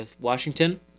Washington